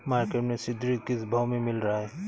Market में सीद्रिल किस भाव में मिल रहा है?